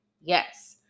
Yes